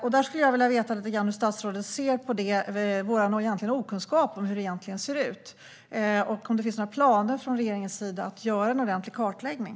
Jag skulle vilja veta lite grann hur statsrådet ser på denna okunskap om hur det egentligen ser ut och om det finns några planer från regeringens sida att göra en ordentlig kartläggning.